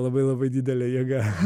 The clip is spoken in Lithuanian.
labai labai didelė jėga